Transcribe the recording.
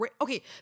Okay